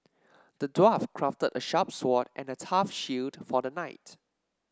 the dwarf crafted a sharp sword and a tough shield for the knight